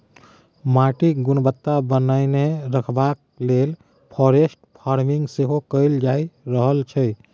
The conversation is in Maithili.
माटिक गुणवत्ता बनेने रखबाक लेल फॉरेस्ट फार्मिंग सेहो कएल जा रहल छै